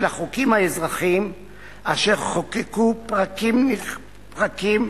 החוקים האזרחיים אשר חוקקו פרקים פרקים